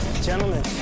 Gentlemen